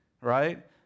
right